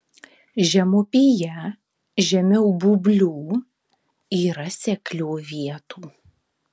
žemupyje žemiau būblių yra seklių vietų